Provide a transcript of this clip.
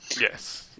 Yes